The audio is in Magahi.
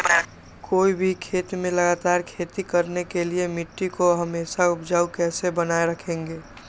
कोई भी खेत में लगातार खेती करने के लिए मिट्टी को हमेसा उपजाऊ कैसे बनाय रखेंगे?